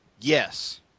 Yes